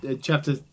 Chapter